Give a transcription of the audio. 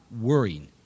worrying